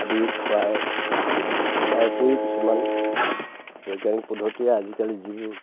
আদি খোৱাই ৰাখোঁ তাৰ উপৰি কিছুমান বৈজ্ঞানিক পদ্ধতিৰে আজিকালি যিবোৰ